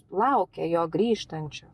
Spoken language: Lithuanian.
laukia jo grįžtančio